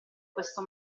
questo